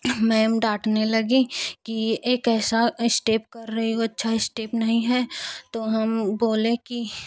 ma'am डाँटने लगी कि यह कैसा स्टेप कर रही हो अच्छा स्टेप नहीं है तो हम बोले कि